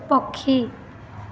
ପକ୍ଷୀ